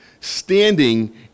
standing